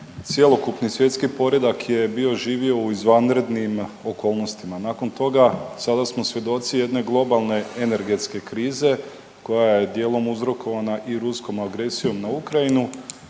cjelokupni svjetski poredak je bio živio u izvanrednim okolnostima, nakon toga sada smo svjedoci jedne globalne energetske krize koja je dijelom uzrokovana i ruskom agresijom na Ukrajinu